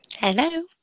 Hello